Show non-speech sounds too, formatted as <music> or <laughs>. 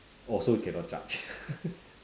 also cannot charge <laughs>